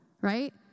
right